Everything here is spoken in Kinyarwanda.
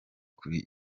kuri